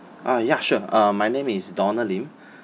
ah ya sure uh my name is donald lim